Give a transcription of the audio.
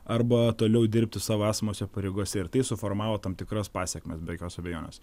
arba toliau dirbti savo esamose pareigose ir tai suformavo tam tikras pasekmes be jokios abejonės